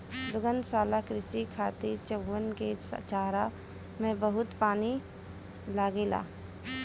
दुग्धशाला कृषि खातिर चउवन के चारा में बहुते पानी लागेला